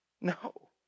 No